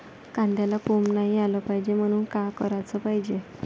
कांद्याला कोंब नाई आलं पायजे म्हनून का कराच पायजे?